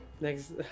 next